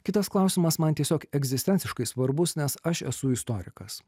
kitas klausimas man tiesiog egzistenciškai svarbus nes aš esu istorikas